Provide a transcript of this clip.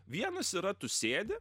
vienas yra tu sėdi